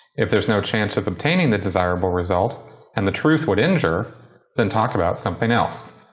if there's no chance of obtaining the desirable result and the truth would injure then talk about something else.